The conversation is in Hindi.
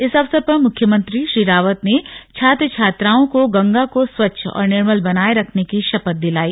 इस अवंसर पर मुख्यमंत्री श्री रावत ने छात्र छात्राओं को गंगा को स्वच्छ और निर्मल बनाए रखने की शपथ दिलाई